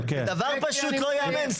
דבר פשוט לא ייאמן.